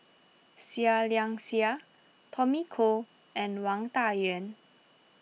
Seah Liang Seah Tommy Koh and Wang Dayuan